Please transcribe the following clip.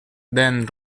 then